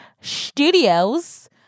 Studios